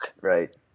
Right